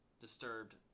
disturbed